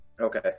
Okay